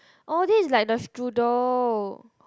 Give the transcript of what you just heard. oh this is like the strudel